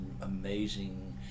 amazing